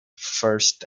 first